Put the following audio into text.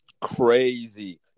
crazy